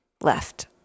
left